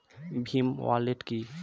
Bhim wallet কি?